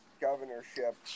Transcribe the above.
governorship